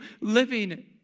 living